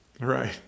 Right